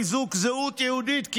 חיזוק זהות יהודית,